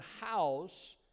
house